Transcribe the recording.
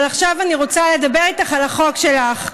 אבל עכשיו אני רוצה לדבר איתך על החוק שלך.